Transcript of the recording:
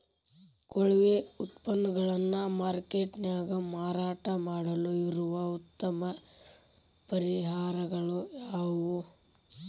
ಕೊಳೆವ ಉತ್ಪನ್ನಗಳನ್ನ ಮಾರ್ಕೇಟ್ ನ್ಯಾಗ ಮಾರಾಟ ಮಾಡಲು ಇರುವ ಉತ್ತಮ ಪರಿಹಾರಗಳು ಯಾವವು?